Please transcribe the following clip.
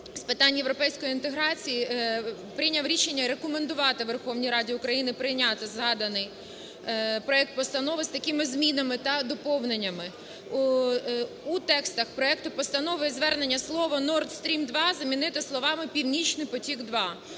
з питань європейської інтеграції прийняв рішення рекомендувати Верховній Раді України прийняти згаданий проект постанови з такими змінами та доповненнями. У текстах проекту постанови і Зверненні слово "Nord Stream 2" замінити словами "Північний потік 2".